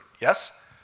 yes